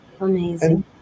amazing